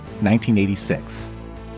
1986